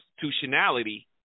constitutionality